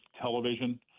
television